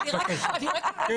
כן, בבקשה.